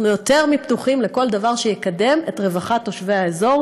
אנחנו יותר מפתוחים לכל דבר שיקדם את רווחת תושבי האזור,